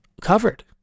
covered